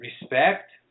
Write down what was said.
respect